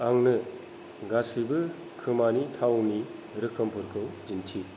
आंनो गासैबो खोमानि थावनि रोखोमफोरखौ दिन्थि